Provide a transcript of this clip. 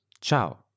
ciao